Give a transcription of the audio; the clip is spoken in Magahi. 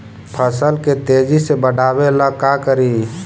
फसल के तेजी से बढ़ाबे ला का करि?